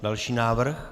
Další návrh.